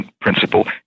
principle